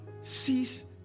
cease